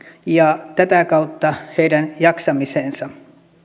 ja tätä kautta heidän jaksamiseensa